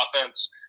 offense